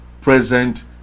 present